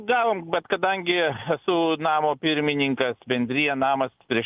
gavom bet kadangi esu namo pirmininkas bendrija namas prieš